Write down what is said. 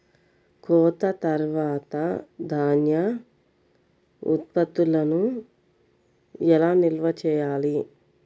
కోత తర్వాత ధాన్య ఉత్పత్తులను ఎలా నిల్వ చేయాలి?